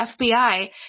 FBI